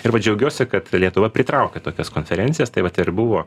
ir va džiaugiuosi kad lietuva pritraukia tokias konferencijas taip vat ir buvo